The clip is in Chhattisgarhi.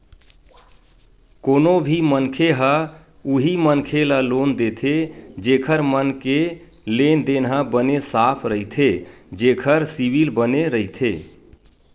कोनो भी मनखे ह उही मनखे ल लोन देथे जेखर मन के लेन देन ह बने साफ रहिथे जेखर सिविल बने रहिथे